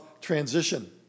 transition